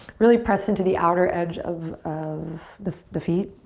really press into the outer edge of of the the feet.